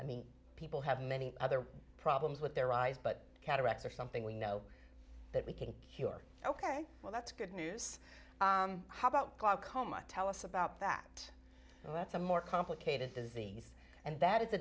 i mean people have many other problems with their eyes but cataracts are something we know that we can't cure ok well that's good news how about glaucoma tell us about that and that's a more complicated disease and that is a